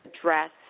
address